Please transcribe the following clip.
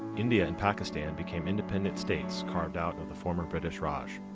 india and pakistan became independent states carved out of the former british raj.